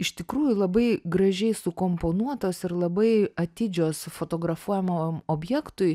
iš tikrųjų labai gražiai sukomponuotos ir labai atidžios fotografuojamam objektui